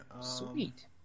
Sweet